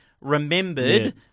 remembered